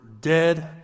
dead